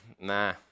Nah